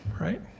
right